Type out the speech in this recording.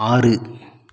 ஆறு